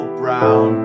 brown